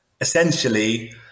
essentially